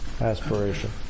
aspiration